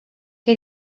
gei